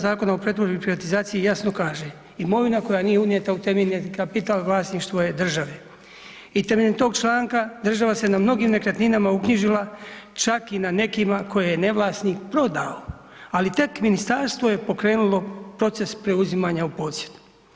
Zakona o pretvorbi i privatizaciji jasno kaže, imovina koja nije unijeta u temeljni kapital vlasništvo je države i temeljem tog članka država se na mnogim nekretninama uknjižila, čak i na nekima koje je ne vlasnik prodao, ali tek ministarstvo je pokrenulo proces preuzimanja u posjed.